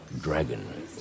dragon